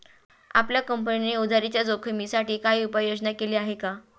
आपल्या कंपनीने उधारीच्या जोखिमीसाठी काही उपाययोजना केली आहे का?